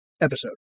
episode